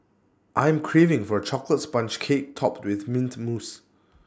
I am craving for A Chocolate Sponge Cake Topped with Mint Mousse